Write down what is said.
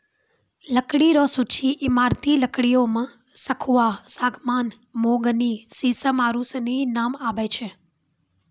लकड़ी रो सूची ईमारती लकड़ियो मे सखूआ, सागमान, मोहगनी, सिसम आरू सनी नाम आबै छै